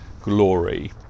glory